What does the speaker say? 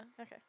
Okay